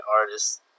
artists